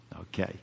okay